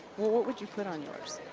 well what would you put on yours?